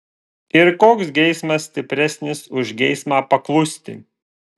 ir koks geismas stipresnis už geismą paklusti